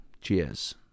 Cheers